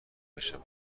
بشود